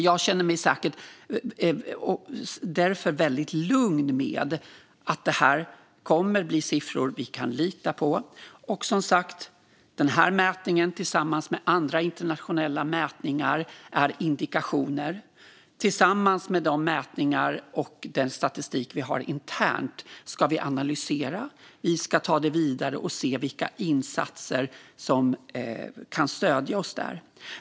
Jag känner mig därför väldigt lugn med att det här kommer att bli siffror som vi kan lita på. Som sagt: Den här mätningen tillsammans med andra internationella mätningar är indikationer, och tillsammans med de mätningar och den statistik vi har internt ska vi analysera, ta det vidare och se vilka insatser som kan stödja oss där.